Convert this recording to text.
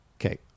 Okay